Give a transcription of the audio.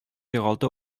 югалту